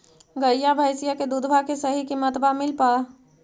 गईया भैसिया के दूधबा के सही किमतबा मिल पा?